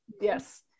yes